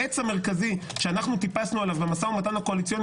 העץ המרכזי שאנחנו טיפסנו עליו במשא ומתן הקואליציוני